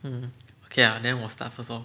mmhmm okay lah then 我 start first lor